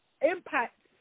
impact